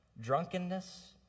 drunkenness